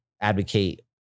advocate